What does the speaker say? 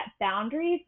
boundaries